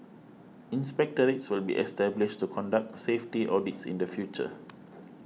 inspectorates will be established to conduct safety audits in the future